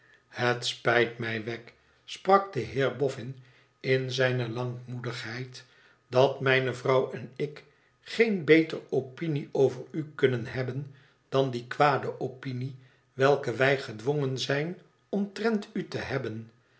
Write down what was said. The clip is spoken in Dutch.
het spijt mij wegg sprak de heer boffin in zijne lankmoedigheid dat mijne vrouw en ik geen beter opinie over u kunnen hebben dan die kwade opinie welke wij gedwongen zijn omtrent u te hebben